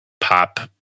pop